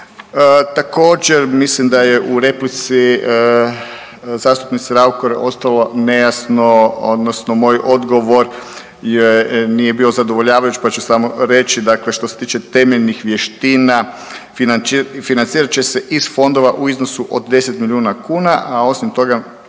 Također mislim da je u replici zastupnice Raukar ostalo nejasno odnosno moj odgovor nije bio zadovoljavajuć, pa ću samo reći. Dakle, što se tiče temeljnih vještina financirat će se iz fondova u iznosu od 10 milijuna kuna, a osim toga